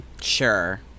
Sure